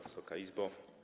Wysoka Izbo!